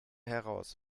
heraus